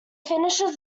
finishes